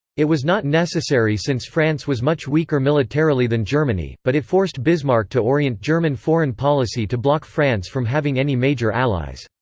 it was not necessary since france was much weaker militarily than germany, but it forced bismarck to orient german foreign policy to block france from having any major allies.